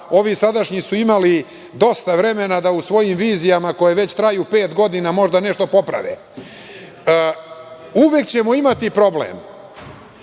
ovi sadašnji imali dosta vremena da u svojim vizijama koje već traju pet godina možda nešto poprave. Uvek ćemo imati problem.